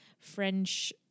French